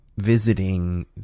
Visiting